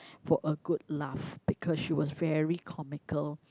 for a good laugh because she was very comical